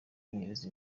kunyereza